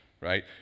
right